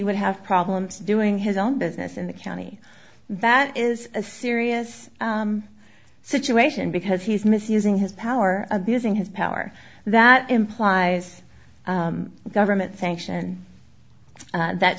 would have problems doing his own business in the county that is a serious situation because he's misusing his power abusing his power that implies government sanctioned that